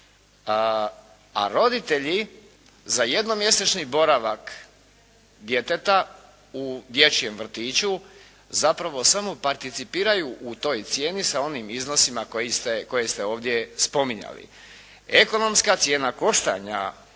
a roditelji za jednomjesečni boravak djeteta u dječjem vrtiću zapravo samo participiraju u toj cijeni sa onim iznosima koje ste ovdje spominjali. Ekonomska cijena koštanja